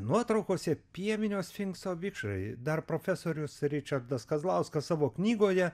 nuotraukose pievinio sfinkso vikšrai dar profesorius ričardas kazlauskas savo knygoje